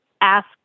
ask